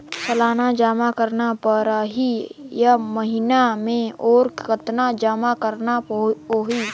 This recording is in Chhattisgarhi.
सालाना जमा करना परही या महीना मे और कतना जमा करना होहि?